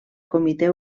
comitè